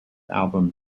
album